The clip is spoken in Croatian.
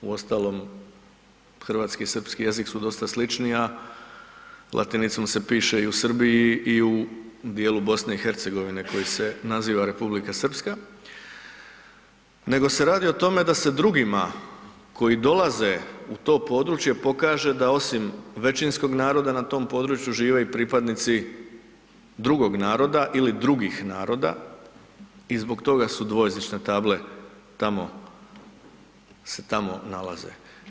Uostalom, hrvatski i srpski jezik su dosta slični, a latinicom se piše i u Srbiji i u dijelu BiH koji se naziva Republika Srpska, nego se radi o tome da se drugima koji dolaze u to područje pokaže da osim većinskog naroda na tom području žive i pripadnici drugog naroda ili drugih naroda i zbog toga su dvojezične table tamo, se tamo nalaze.